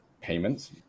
payments